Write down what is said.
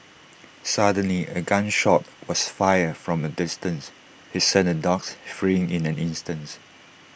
suddenly A gun shot was fired from A distance he sent the dogs fleeing in an instants